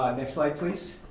next slide please.